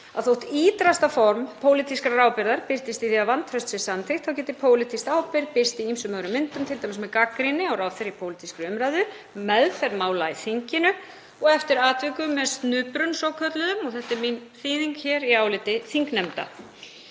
þótt ýtrasta form pólitískrar ábyrgðar birtist í því að vantraust sé samþykkt þá geti pólitísk ábyrgð birst í ýmsum myndum, t.d. með gagnrýni á ráðherra í pólitískri umræðu, meðferð mála í þinginu og eftir atvikum með snuprum svokölluðum, og þetta er mín þýðing hér, í áliti þingnefnda.